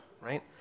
right